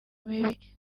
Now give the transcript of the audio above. mibi